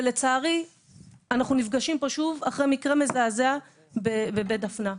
לצערי אנחנו נפגשים פה שוב אחרי מקרה מזעזע בבית דפנה.